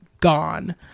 gone